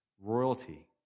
Royalty